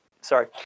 sorry